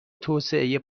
توسعه